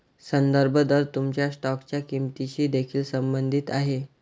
संदर्भ दर तुमच्या स्टॉकच्या किंमतीशी देखील संबंधित आहे